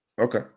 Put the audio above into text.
Okay